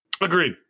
agreed